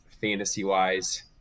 fantasy-wise